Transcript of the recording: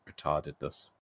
retardedness